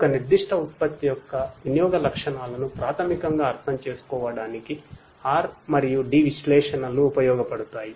ఒక నిర్దిష్ట ఉత్పత్తి యొక్క వినియోగ లక్షణాలను ప్రాథమికంగా అర్థం చేసుకోవడానికి R మరియు D విశ్లేషణలు ఉపయోగపడతాయి